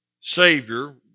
Savior